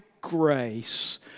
grace